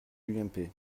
l’ump